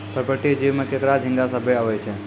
पर्पटीय जीव में केकड़ा, झींगा सभ्भे आवै छै